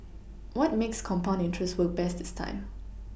what makes compound interest work best is time